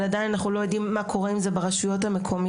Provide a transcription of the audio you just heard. אבל עדיין אנחנו לא יודעים מה קורה עם זה ברשויות המקומיות.